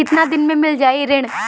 कितना दिन में मील जाई ऋण?